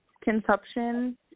consumption